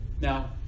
Now